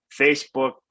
facebook